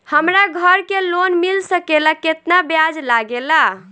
हमरा घर के लोन मिल सकेला केतना ब्याज लागेला?